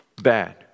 bad